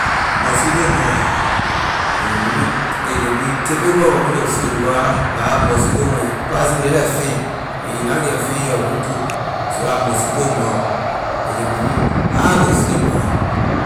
Mosquito a can make me a can be difficult for me to sleep because la la mosquito when a passing jeh like fan and you na get fan in your room too so la mosquito a can make me hard to sleep brother.